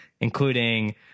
including